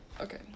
Okay